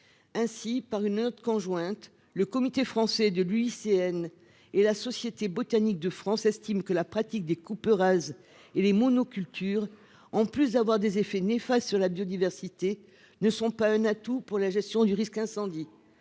Ainsi, par une autre conjointe, le comité français de l'UICN et la Société botanique de France estime que la pratique des coupes rases et les monocultures en plus d'avoir des effets néfastes sur la biodiversité ne sont pas un atout pour la gestion du risque incendie